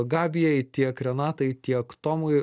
gabijai tiek renatai tiek tomui